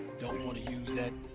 don't wanna use that.